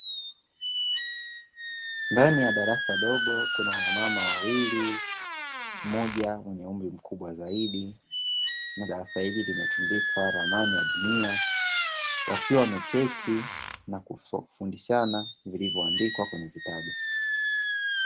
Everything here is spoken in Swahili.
Ndani ya darasa dogo kuna wanamama wawili mmoja mwenye umri mkubwa zaidi na darasa hili limetundikwa ramani ya dunia wakiwa wameketi na kufundishana vilivyoandikwa kwenye kitabu.